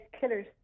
killer's